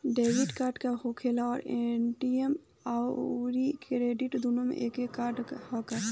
Debit card का होखेला और ए.टी.एम आउर डेबिट दुनों एके कार्डवा ह का?